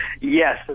Yes